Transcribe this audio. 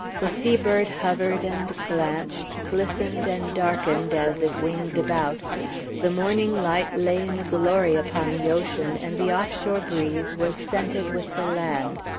the sea-bird hovered and glanced, glistened and darkened as it winged about the morning light lay in glory upon the ocean, and the off-shore breeze was scented with the land.